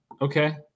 Okay